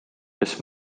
kes